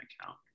account